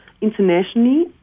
internationally